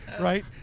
right